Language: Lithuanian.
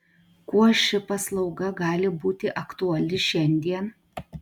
kuo ši paslauga gali būti aktuali šiandien